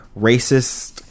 racist